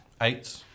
Eight